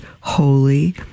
holy